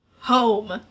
Home